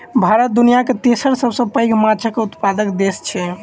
भारत दुनियाक तेसर सबसे पैघ माछक उत्पादक देस छै